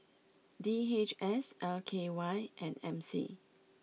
D H S L K Y and M C